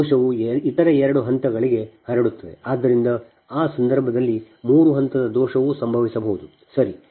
ಆದ್ದರಿಂದ ಆ ಸಂದರ್ಭದಲ್ಲಿ ಮೂರು ಹಂತದ ದೋಷವೂ ಸಂಭವಿಸಬಹುದು ಸರಿ